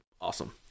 awesome